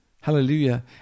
Hallelujah